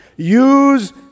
Use